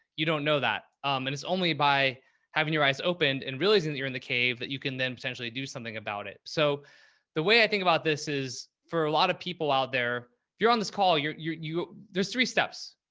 you don't know that and it's only by having your eyes opened and realizing that you're in the cave, that you can then potentially do something about it. so the way i think about this is for a lot of people out there, if you're on this call, you're you're you there's three steps.